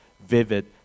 vivid